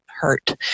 hurt